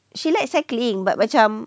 she like cycling but macam